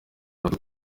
itatu